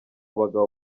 bagabo